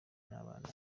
n’abana